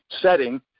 setting